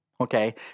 okay